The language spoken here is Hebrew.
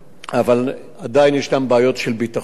אבל עדיין יש בעיות של ביטחון,